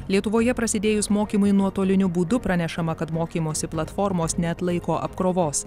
lietuvoje prasidėjus mokymui nuotoliniu būdu pranešama kad mokymosi platformos neatlaiko apkrovos